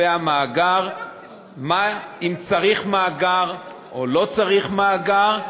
אם צריך מאגר או לא צריך מאגר,